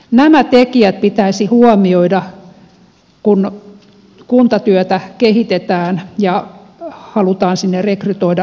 nämä tekijät pitäisi huomioida kun kuntatyötä kehitetään ja halutaan sinne rekrytoida uutta väkeä